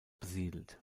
besiedelt